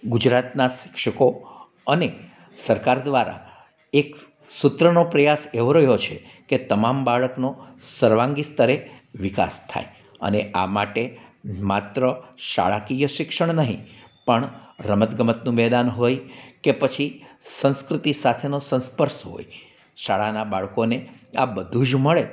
ગુજરાતનાં શિક્ષકો અને સરકાર દ્વારા એક સૂત્રનો પ્રયાસ એવો રહ્યો છે કે તમામ બાળકોનો સર્વાંગી સ્તરે વિકાસ થાય અને આ માટે માત્ર શાળાકીય શિક્ષણ નહીં પણ રમતગમતનું મેદાન હોય કે પછી સંસ્કૃતિ સાથેનો સંસ્પર્શ હોય શાળાનાં બાળકોને આ બધું જ મળે